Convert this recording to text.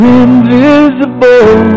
invisible